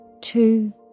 Two